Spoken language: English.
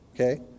Okay